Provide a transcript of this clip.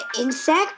insect